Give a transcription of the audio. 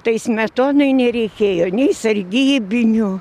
tai smetonai nereikėjo nei sargybinių